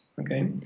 okay